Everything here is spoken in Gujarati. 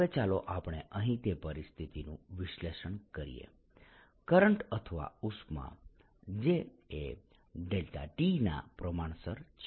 હવે ચાલો આપણે અહીં તે પરિસ્થિતિનું વિશ્લેષણ કરીએ કરંટ અથવા ઉષ્મા J એ T ના પ્રમાણસર છે